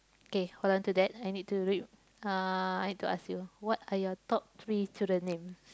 okay hold on to that I need to read uh I need to ask you what are your top three children name